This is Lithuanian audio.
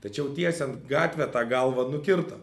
tačiau tiesiant gatvę tą galvą nukirto